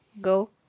go